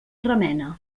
remena